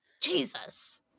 Jesus